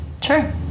Sure